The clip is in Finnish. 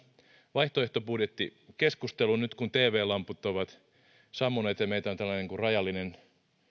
vaihtoehtobudjettikeskusteluun nyt kun tv lamput ovat sammuneet ja meitä on rajallinen